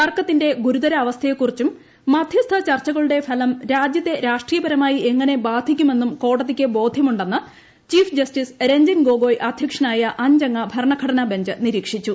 തർക്കത്തിന്റെ ഗുരുതരാവസ്ഥയെക്കുറിച്ചും മധ്യസ്ഥ ചർച്ചകളുടെ ഫലം രാജ്യത്തെ രാഷ്ട്രീയപരമായി എങ്ങനെ ബാധിക്കുമെന്നും കോടതിക്ക് ബോധ്യമുണ്ടെന്ന് ചീഫ് ജസ്റ്റിസ് രഞ്ജൻ ഗൊഗോയ് അധ്യക്ഷനായ അഞ്ചംഗ ഭരണഘടനാ ബെഞ്ച് നിരീക്ഷിച്ചു